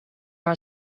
are